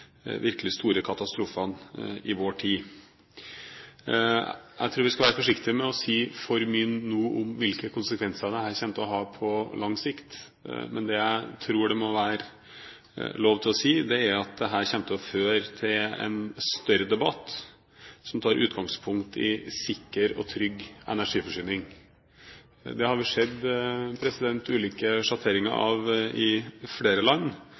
virkelig store katastrofene i vår tid. Jeg tror vi skal være forsiktig med å si for mye nå om hvilke konsekvenser dette kommer til å ha på lang sikt. Men det jeg tror det må være lov til å si, er at dette kommer til å føre til en større debatt som tar utgangspunkt i sikker og trygg energiforsyning. Det har det jo skjedd ulike sjatteringer av i flere land,